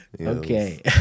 Okay